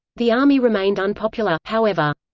the army remained unpopular, however.